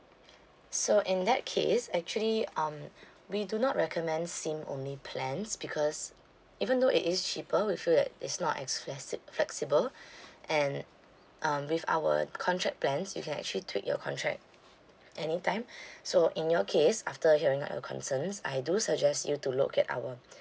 so in that case actually um we do not recommend SIM only plans because even though it is cheaper we feel that it's not as flex~ flexible and um with our contract plans you can actually tweak your contract any time so in your case after hearing what are your concerns I do suggest you to look at our